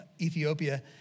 Ethiopia